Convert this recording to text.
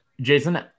Jason